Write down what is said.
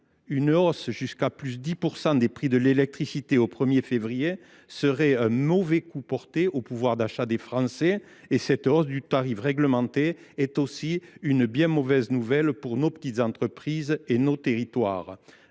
Une hausse de 10 % des prix de l’électricité au 1 février serait un mauvais coup porté au pouvoir d’achat des Français ! Cette hausse du tarif réglementé est aussi une bien mauvaise nouvelle pour nos petites entreprises et nos territoires.